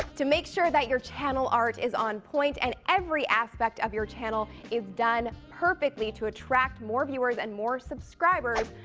to make sure that your channel art is on point and every aspect of your channel is done perfectly to attract more viewers and more subscribers,